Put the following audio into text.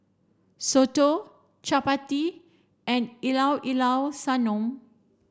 Soto Chappati and Llao Llao Sanum